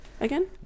again